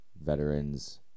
veterans